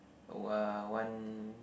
uh one